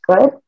good